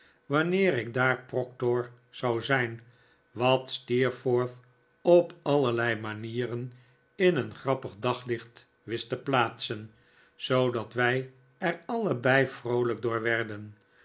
wanneer ik daar proctor zou zijn wat steerforth op allerlei manieren in een grappig daglicht wist te plaatsen zoodat wij er allebei vroolijk door werden